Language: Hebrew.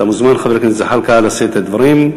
אתה מוזמן, חבר הכנסת זחאלקה, לשאת דברים.